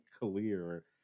clear